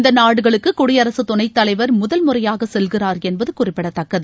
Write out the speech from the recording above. இந்த நாடுகளுக்கு குடியரசு துணைத்தலைவர் முதல்முறையாக செல்கிறார் என்பது குறிப்பிடத்தக்கது